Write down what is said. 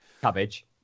Cabbage